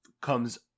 comes